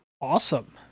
Awesome